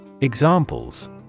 Examples